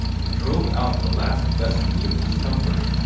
it drove out the last vestage of discomfort.